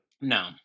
No